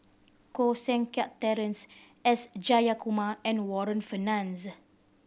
Koh Seng Kiat Terence S Jayakumar and Warren Fernandez